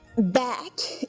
back,